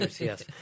yes